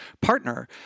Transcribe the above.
partner